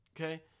okay